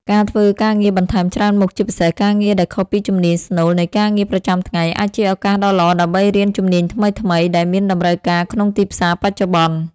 ការធ្វើការងារបន្ថែមច្រើនមុខ ជាពិសេសការងារដែលខុសពីជំនាញស្នូលនៃការងារប្រចាំថ្ងៃ អាចជាឱកាសដ៏ល្អដើម្បីរៀនជំនាញថ្មីៗ ដែលមានតម្រូវការក្នុងទីផ្សារបច្ចុប្បន្ន។